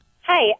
hi